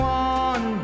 one